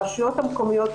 הרשויות המקומיות,